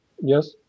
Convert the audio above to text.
Yes